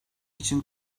için